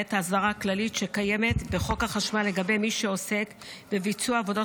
למעט ההסדרה הכללית שקיימת בחוק החשמל לגבי מי שעוסק בביצוע עבודות